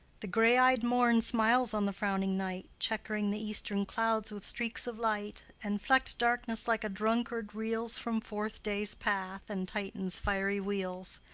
the grey-ey'd morn smiles on the frowning night, check'ring the eastern clouds with streaks of light and flecked darkness like a drunkard reels from forth day's path and titan's fiery wheels.